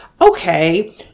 okay